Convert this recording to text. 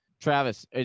Travis